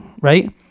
right